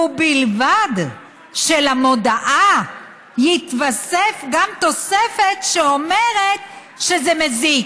ובלבד שלמודעה תתווסף גם תוספת שאומרת שזה מזיק.